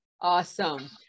Awesome